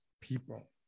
people